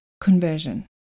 conversion